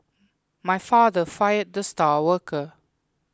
my father fired the star worker